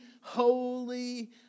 holy